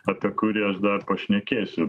apie kurį aš dar pašnekėsiu